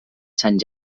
sant